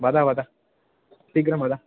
वद वद शीघ्रं वद